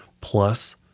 plus